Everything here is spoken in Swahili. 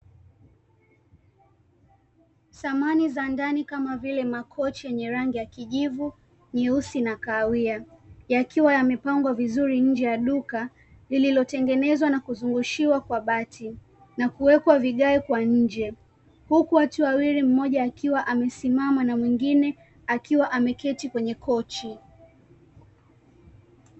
Samani za ndani kama vile makochi yenye rangi ya kijiivu, nyeusi na kahawia yakiwa yamepangwa vizuri nje ya duka lililotengenezwa na kuzungushiwa kwa bati na kuwekwa vigae kwa nje, huku watu wawili; mmoja akiwa amesimama na mwingine akiwa ameketi kwenye kochi.